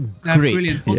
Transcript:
great